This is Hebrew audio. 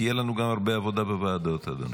תהיה לנו גם הרבה עבודה בוועדות, אדוני.